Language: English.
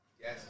Yes